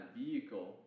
vehicle